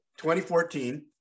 2014